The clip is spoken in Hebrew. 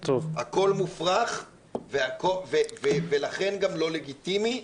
הכול מופרך ולכן גם לא לגיטימי.